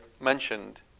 mentioned